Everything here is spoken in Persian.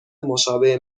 مشابه